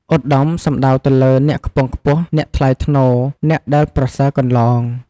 ឧត្តម សំដៅទៅលើ អ្នកខ្ពង់ខ្ពស់ អ្នកថ្លៃថ្នូរ អ្នកដែលប្រសើរកន្លង។